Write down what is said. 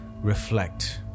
reflect